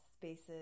spaces